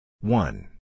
One